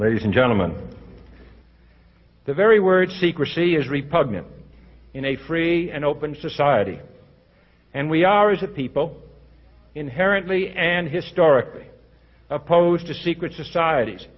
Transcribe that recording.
and gentleman the very word secrecy is repugnant in a free and open society and we are is a people inherently and historically opposed to secret societies